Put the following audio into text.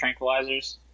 tranquilizers